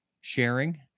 sharing